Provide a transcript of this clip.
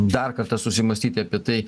dar kartą susimąstyti apie tai